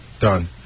Done